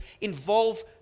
involve